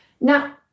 Now